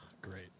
Great